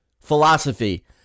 philosophy